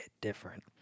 different